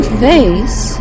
face